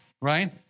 Right